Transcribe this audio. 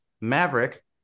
Maverick